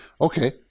Okay